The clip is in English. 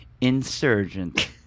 insurgent